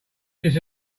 this